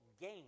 gain